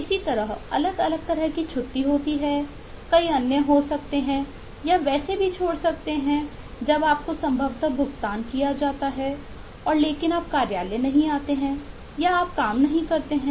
इसी तरह अलग अलग तरह की छुट्टी होती है कई अन्य हो सकते हैं या वैसे भी छोड़ सकते हैं जब आपको संभवतः भुगतान किया जाता है और लेकिन आप कार्यालय नहीं आते हैं या आप काम नहीं करते हैं